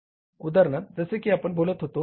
उदाहरणार्थ जसे की आपण बोलत होतो